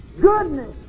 goodness